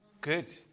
Good